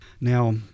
Now